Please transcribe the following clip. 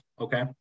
Okay